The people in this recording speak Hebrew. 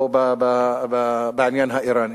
או בעניין האירני,